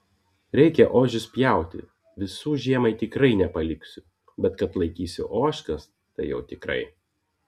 reikia ožius pjauti visų žiemai tikrai nepaliksiu bet kad laikysiu ožkas tai jau tikrai